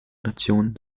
nationen